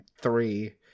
three